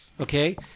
Okay